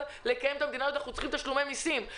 לקיים את המדינה הזאת אנחנו צריכים תשלומי מיסים.